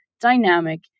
dynamic